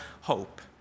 hope